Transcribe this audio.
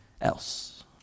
else